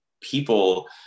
people